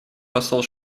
посол